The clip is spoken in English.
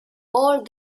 all